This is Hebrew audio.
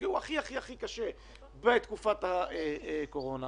שנפגעו הכי קשה בתקופת הקורונה.